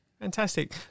Fantastic